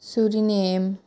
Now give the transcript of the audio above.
Suriname